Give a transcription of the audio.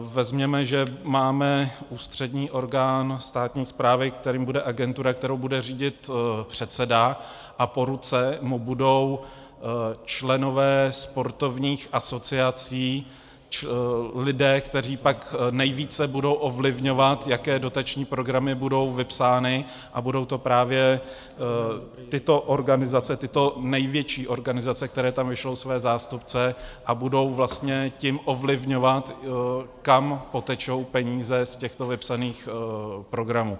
Vezměme, že máme ústřední orgán státní správy, kterým bude agentura, kterou bude řídit předseda, a po ruce mu budou členové sportovních asociací, lidé, kteří pak nejvíce budou ovlivňovat, jaké dotační programy budou vypsány, a budou to právě tyto organizace, tyto největší organizace, které tam vyšlou své zástupce a budou vlastně tím ovlivňovat, kam potečou peníze z těchto vypsaných programů.